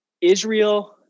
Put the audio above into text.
Israel